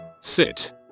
Sit